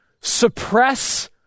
suppress